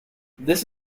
this